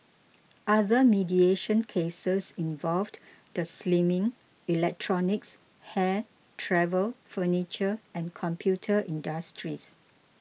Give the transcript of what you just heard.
other mediation cases involved the slimming electronics hair travel furniture and computer industries